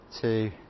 two